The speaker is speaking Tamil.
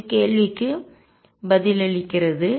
என்ற கேள்விக்கு பதிலளிக்கிறது